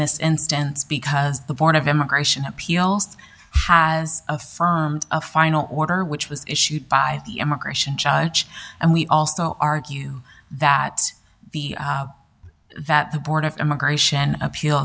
this instance because the board of immigration appeals has affirmed a final order which was issued by the immigration judge and we also argue that the that the board of immigration appeal